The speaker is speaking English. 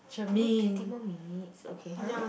why twenty more minutes okay !huh!